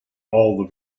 all